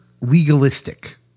legalistic